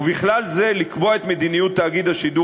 ובכלל זה לקבוע את מדיניות תאגיד השידור